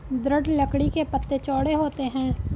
दृढ़ लकड़ी के पत्ते चौड़े होते हैं